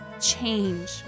change